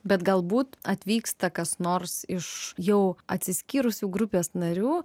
bet galbūt atvyksta kas nors iš jau atsiskyrusių grupės narių